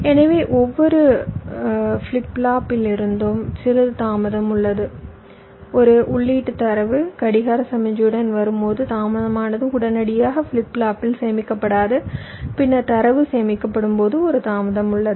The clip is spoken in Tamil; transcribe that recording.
எனவே ஒவ்வொரு ஃபிளிப் ஃப்ளாப்பிலும் சிறிது தாமதம் உள்ளது ஒரு உள்ளீட்டுத் தரவு கடிகார சமிக்ஞையுடன் வரும்போது தாமதமானது உடனடியாக ஃபிளிப் ஃப்ளாப்பில் சேமிக்கப்படாது பின்னர் தரவு சேமிக்கப்படும் போது ஒரு தாமதம் உள்ளது